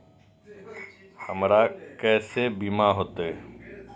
हमरा केसे बीमा होते?